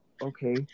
okay